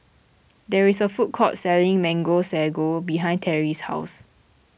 there is a food court selling Mango Sago behind Terry's house